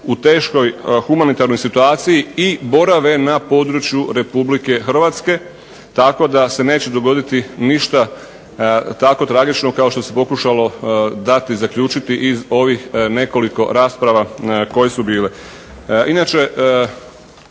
u teškoj humanitarnoj situaciji i borave na području Republike Hrvatske, tako da se neće dogoditi ništa tako tragično kao što se dalo zaključiti iz ovih nekoliko rasprava koje su bile.